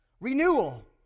Renewal